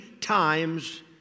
times